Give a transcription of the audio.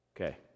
okay